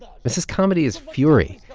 this is comedy as fury.